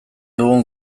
dugun